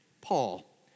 Paul